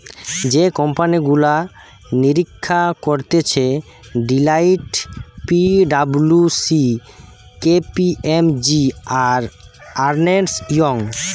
যে কোম্পানি গুলা নিরীক্ষা করতিছে Deloitte, P W C, K P M G, আর আর্নেস্ট ইয়ং